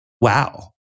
wow